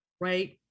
right